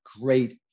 great